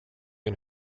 and